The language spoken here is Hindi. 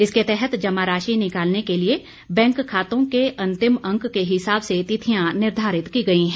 इसके तहत जमा राशि निकालने के लिए बैंक खातों के अंतिम अंक के हिसाब से तिथियां निर्धारित की गई हैं